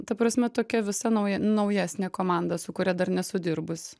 ta prasme tokia visa nauja naujesnė komanda su kuria dar nesu dirbus